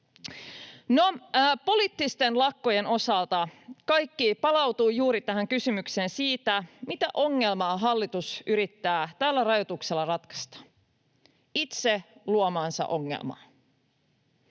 Poliittisten lakkojen osalta kaikki palautuu kysymykseen juuri siitä, mitä ongelmaa hallitus yrittää tällä rajoituksella ratkaista. Itse luomaansa ongelmaa.